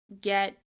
get